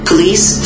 police